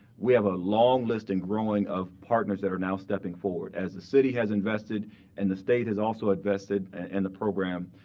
we have a long list and growing of partners that are now stepping forward. as the city has invested and the state has also invested in and the program,